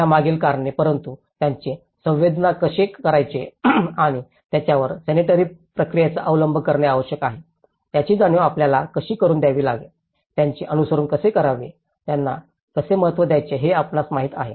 त्यामागील कारणे परंतु त्यांचे संवेदना कसे करायचे आणि आपल्याला सेनेटरी प्रक्रियेचा अवलंब करणे आवश्यक आहे याची जाणीव आपल्याला कशी करून द्यावी लागेल त्यांचे अनुसरण कसे करावे लागेल त्यांना कसे महत्त्व द्यायचे हे आपणास माहित आहे